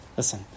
Listen